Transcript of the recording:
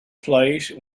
place